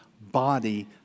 body